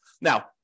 Now